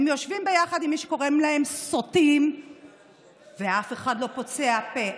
הם יושבים ביחד עם מי שקורא להם סוטים ואף אחד לא פוצה פה.